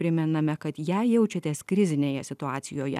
primename kad jei jaučiatės krizinėje situacijoje